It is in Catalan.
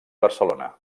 barcelona